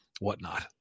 whatnot